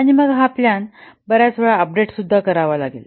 आणि मग ही प्लान बर्याच वेळा अपडेट केली जाते